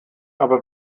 aber